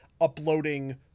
uploading